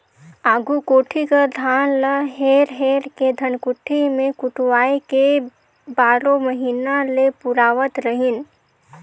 आघु कोठी कर धान ल हेर हेर के धनकुट्टी मे कुटवाए के बारो महिना ले पुरावत रहिन